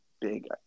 big